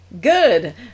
good